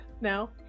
now